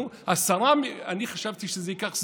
נו, אני חשבתי שזה ייקח זמן.